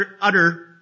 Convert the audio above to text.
utter